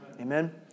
Amen